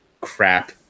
crap